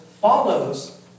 follows